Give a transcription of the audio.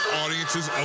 audiences